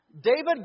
David